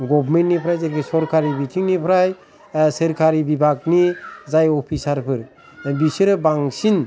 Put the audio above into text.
government निफ्राय जाखि सरखारि बिथिंनिफ्राय सोरखारि बिभागनि जाय अफिसारफोर बिसोरो बांसिन